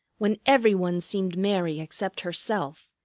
when every one seemed merry except herself.